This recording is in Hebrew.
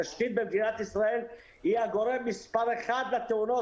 התשתית במדינת ישראל היא הגורם מספר אחד לתאונות,